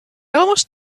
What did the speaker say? almost